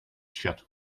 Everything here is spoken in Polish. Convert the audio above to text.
świat